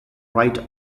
right